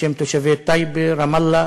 בשם תושבי טייבה, רמאללה